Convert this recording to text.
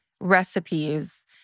recipes